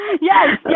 Yes